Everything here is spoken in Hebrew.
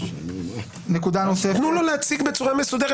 תנו לו להציג בצורה מסודרת.